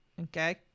Okay